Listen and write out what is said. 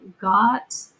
got